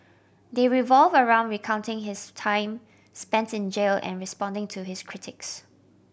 they revolve around recounting his time spents in jail and responding to his critics